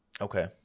Okay